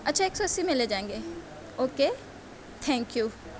اچھا ایک سو اَسی میں لے جائیں گے او کے تھینک یو